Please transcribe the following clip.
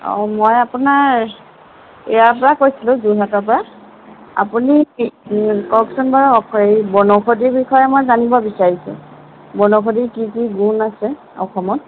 অঁ মই আপোনাৰ ইয়াৰ পৰা কৈছিলোঁ যোৰহাটৰ পৰা আপুনি কি কওকচোন বাৰু এই বনৌষধিৰ বিষয়ে মই জানিব বিচাৰিছোঁ বনৌষধিৰ কি কি গুণ আছে অসমত